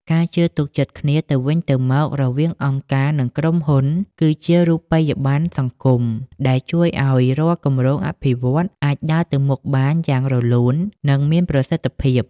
ការជឿទុកចិត្តគ្នាទៅវិញទៅមករវាងអង្គការ និងក្រុមហ៊ុន គឺជា "រូបិយប័ណ្ណសង្គម" ដែលជួយឱ្យរាល់គម្រោងអភិវឌ្ឍន៍អាចដើរទៅមុខបានយ៉ាងរលូន និងមានប្រសិទ្ធភាព។